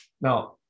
Now